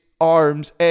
arms